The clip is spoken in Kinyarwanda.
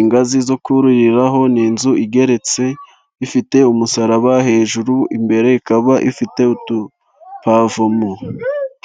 ingazi zo kuririraho, ni inzu igeretse ifite umusaraba hejuru, imbere ikaba ifite udupavumo.